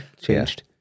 changed